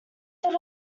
that